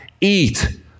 eat